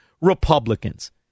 Republicans